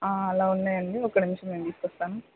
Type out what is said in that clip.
అలా ఉన్నాయండి ఒక్క నిమిషం నేను తీసుకొస్తాను